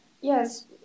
yes